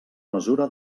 mesura